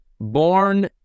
born